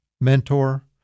mentor